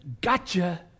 gotcha